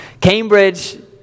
Cambridge